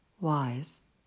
wise